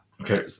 Okay